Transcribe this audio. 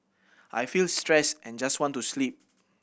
I feel stressed and just want to sleep